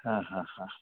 हां हां हां